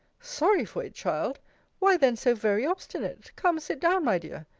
sorry for it, child why then so very obstinate come, sit down, my dear.